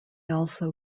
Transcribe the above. also